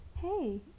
Hey